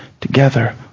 together